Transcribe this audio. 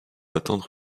atteindre